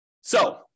So-